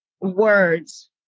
words